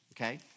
Okay